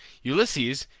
ulysses,